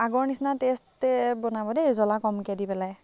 আগৰ নিচিনা টেষ্ট এ বনাব দেই জ্বলা কমকৈ দি পেলাই